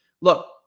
Look